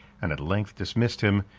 and at length dismissed him,